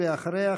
ואחריה,